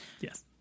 Yes